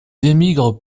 émigrent